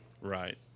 Right